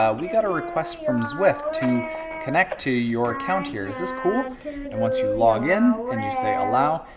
yeah we got a request from zwift to connect to your account here. is this cool and once you login, and you say allow,